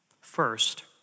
First